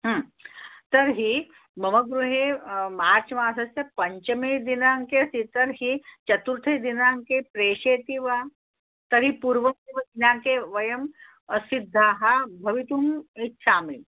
तर्हि मम गृहे मार्च् मासस्य पञ्चमे दिनाङ्के अस्ति तर्हि चतुर्थे दिनाङ्के प्रेषयति वा तर्हि पूर्वमेव दिनाङ्के वयं सिद्धाः भवितुम् इच्छामि